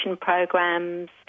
programs